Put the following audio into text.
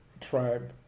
tribe